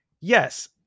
yes